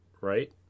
Right